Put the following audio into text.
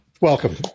Welcome